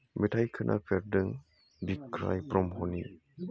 मेथाइ खोनाफेरदों बिग्राय ब्रह्मनि